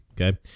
okay